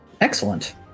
Excellent